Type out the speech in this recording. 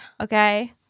Okay